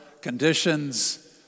conditions